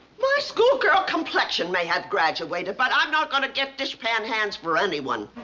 my schoolgirl complexion may have graduated, but i'm not gonna get dish-pan hands for anyone.